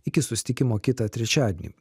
iki susitikimo kitą trečiadienį